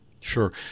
Sure